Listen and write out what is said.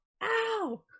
ow